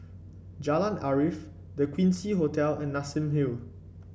Jalan Arif The Quincy Hotel and Nassim Hill